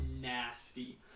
nasty